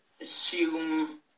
assume